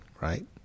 right